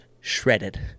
shredded